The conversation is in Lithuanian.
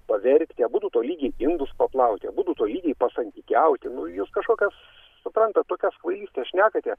paverkti abudu tolygiai indus paplauti abudu tolygiai pasantykiauti nu jūs kažkokias suprantat tokias kvailystes šnekate